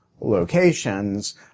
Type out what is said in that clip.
locations